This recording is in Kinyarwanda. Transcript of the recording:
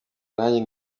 nanjye